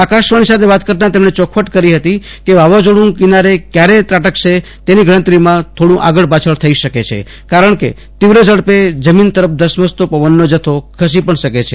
આકાશવાણી સાથે વાત કરતા તેમજ્ઞે ચોખવટ કરી હતી કે વાવાઝોહું કિનારે ક્યારે ટકરાશે તેની ગણતરીમાં થોડું આગળ પાછળ થઇ શકે છે કારણકે તીવ્ર ઝડપે જમીન તરફ ધસમસતો પવનનો જથ્થો ખસી પણ શકે છે